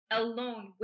alone